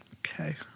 Okay